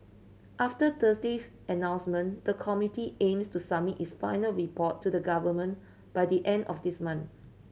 after Thursday's announcement the committee aims to submit its final report to the Government by the end of this month